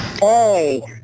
Hey